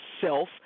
self